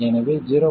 எனவே 0